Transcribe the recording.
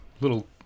little